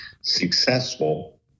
successful